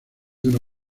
uno